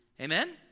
Amen